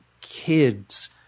kids